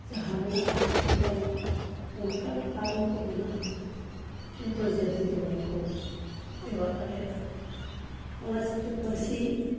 ᱡᱟᱦᱟᱸ ᱢᱮᱱᱟᱜᱼᱟ ᱠᱤᱪᱷᱩᱜᱟᱱ ᱚᱱᱠᱟᱱ ᱟᱲᱟᱝ ᱠᱚ ᱢᱮᱱᱟᱜᱼᱟ ᱡᱚᱛᱚ ᱡᱟᱹᱛᱤ ᱫᱚ ᱵᱟᱝ ᱠᱚ ᱛᱮᱵᱟᱜ ᱫᱟᱲᱮᱭᱟᱜᱼᱟ ᱚᱱᱟ ᱪᱤᱠᱟᱹ ᱯᱟᱹᱨᱥᱤ